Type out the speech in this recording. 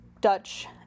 Dutch